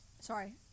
Sorry